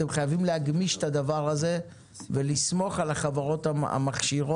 אתם חייבים להגמיש את הדבר הזה ולסמוך על החברות המכשירות,